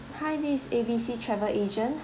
hi this is A B C travel agent